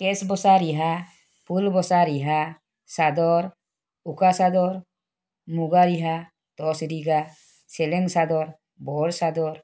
case বচা ৰিহা ফুল বচা ৰিহা চাদৰ উকা চাদৰ মূগা ৰিহা টচ ৰিহা চেলেং চাদৰ বৰচাদৰ